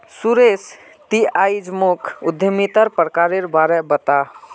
सुरेश ती आइज मोक उद्यमितार प्रकारेर बा र बता